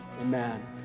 amen